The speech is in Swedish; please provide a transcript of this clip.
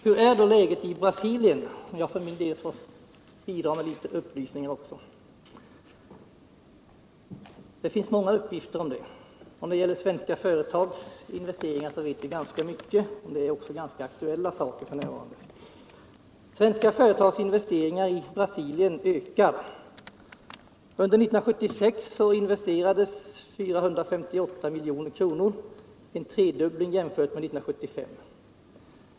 Hur är då läget i Brasilien? Jag kanske för min del också får bidra med litet upplysningar. Det finns många uppgifter om läget. Om svenska företags investeringar vet vi ganska mycket. Det är också ganska aktuella saker f.n. Svenska företags investeringar i Brasilien ökar. Under 1976 investerades 458 milj.kr., en tredubbling jämfört med 1975.